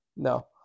No